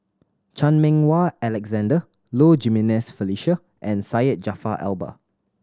Chan Meng Wah Alexander Low Jimenez Felicia and Syed Jaafar Albar